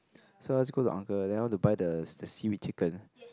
so I just go to uncle and then I want to buy the the seaweed chicken